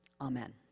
Amen